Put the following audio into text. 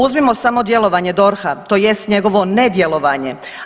Uzmimo samo djelovanje DORH-a tj. njegovo nedjelovanje.